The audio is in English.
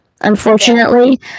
unfortunately